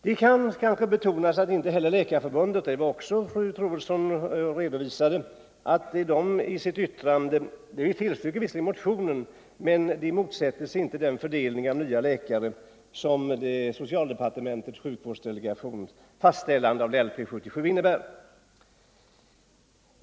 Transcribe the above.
Det skall kanske betonas att inte heller Läkarförbundet i sitt yttrande, trots att man där tillstyrker motionen, haft anledning att motsätta sig den fördelning av nya läkare som socialdepartementets sjukvårdsdelegations fastställande av LP 77 innebär.